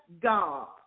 God